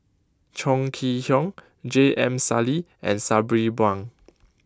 Chong Kee Hiong J M Sali and Sabri Buang